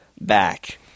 back